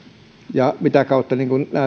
sitä kautta